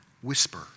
whisper